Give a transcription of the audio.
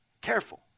Careful